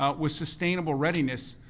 ah with sustainable readiness,